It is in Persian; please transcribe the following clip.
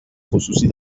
خصوصی